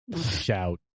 Shout